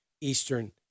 Eastern